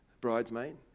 bridesmaid